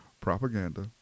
propaganda